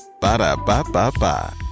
Ba-da-ba-ba-ba